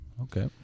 Okay